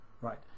right